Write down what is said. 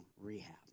rehab